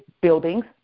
buildings